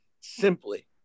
simply